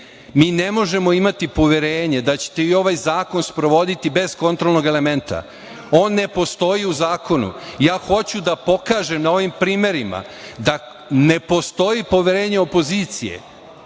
Mi ne možemo imati poverenje da ćete vi ovaj zakon sprovoditi bez kontrolnog elementa. On ne postoji u zakonu. Ja hoću da pokažem na ovim primerima da ne postoji poverenje opozicije,